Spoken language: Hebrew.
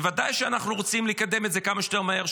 ודאי שאנחנו רוצים לקדם את זה כמה שיותר מהר,